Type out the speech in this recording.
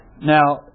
Now